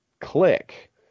click